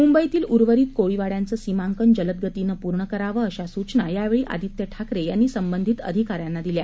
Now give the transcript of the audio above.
मुंबईतील उर्वरीत कोळीवाड्यांचं सीमांकन जलदगतीनं पूर्ण करावं अशा सूचना यावेळी आदित्य ठाकरे यांनी संबंधीत अधिकाऱ्यांना दिल्या